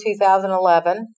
2011